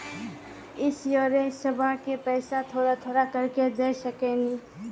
इंश्योरेंसबा के पैसा थोड़ा थोड़ा करके दे सकेनी?